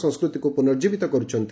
ସଂସ୍କୃତିକୁ ପୁନର୍ଜୀବିତ କରୁଛନ୍ତି